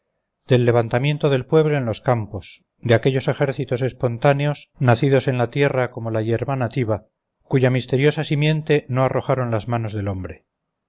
del levantamiento del pueblo en los campos de aquellos ejércitos espontáneos nacidos en la tierra como la hierba nativa cuya misteriosa simiente no arrojaron las manos del hombre